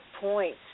point